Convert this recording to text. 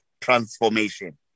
transformation